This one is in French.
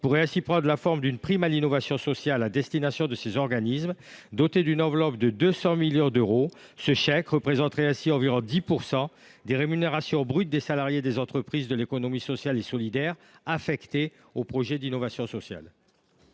pourrait prendre la forme d’une prime à l’innovation sociale à destination de ces organismes, dotée d’une enveloppe de 200 millions d’euros. Ce chèque représenterait environ 10 % des rémunérations brutes des salariés des entreprises de l’économie sociale et solidaire affectés aux projets d’innovation sociale.